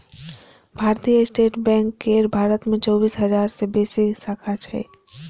भारतीय state bank केर भारत मे चौबीस हजार सं बेसी शाखा छै